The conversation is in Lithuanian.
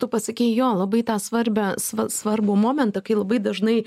tu pasakei jo labai tą svarbią svarbų momentą kai labai dažnai